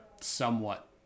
somewhat